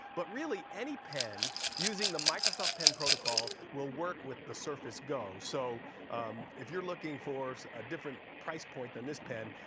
but, really, any pen using the microsoft pen protocol will work with the surface go. so if you are looking for a different price point than this pen,